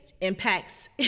Impacts